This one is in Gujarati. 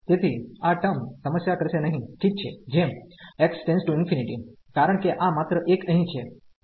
તેથી આ ટર્મ સમસ્યા કરશે નહી ઠિક છે જેમ x→∞ કારણ કે આ માત્ર 1 અહીં છે